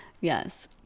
Yes